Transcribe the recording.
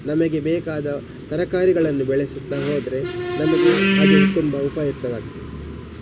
ನಮಗೆ ಬೇಕಾದ ತರಕಾರಿಗಳನ್ನು ಬೆಳೆಸುತ್ತಾ ಹೋದರೆ ನಮಗೆ ಅದು ತುಂಬಾ ಉಪಯುಕ್ತವಾಗ್ತದೆ